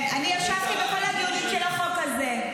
כן, אני ישבתי בכל הדיונים של החוק הזה.